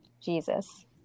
Jesus